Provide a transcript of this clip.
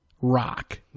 Rock